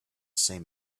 same